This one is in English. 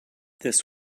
this